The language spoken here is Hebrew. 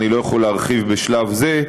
אני לא יכול להרחיב בשלב זה.